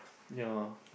ya